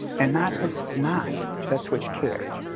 and not that not that twitch cared.